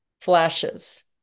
flashes